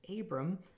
Abram